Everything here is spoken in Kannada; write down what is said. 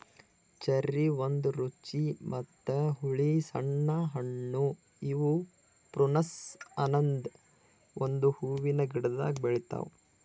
ಚೆರ್ರಿ ಒಂದ್ ರುಚಿ ಮತ್ತ ಹುಳಿ ಸಣ್ಣ ಹಣ್ಣು ಇವು ಪ್ರುನುಸ್ ಅನದ್ ಒಂದು ಹೂವಿನ ಗಿಡ್ದಾಗ್ ಬೆಳಿತಾವ್